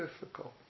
difficult